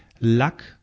luck